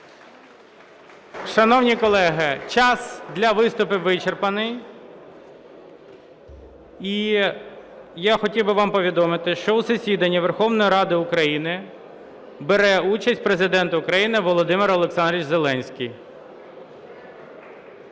Шановні колеги, час для виступів вичерпаний. І я хотів би вам повідомити, що у засіданні Верховної Ради України бере участь Президент України Володимир Олександрович Зеленський.